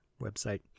website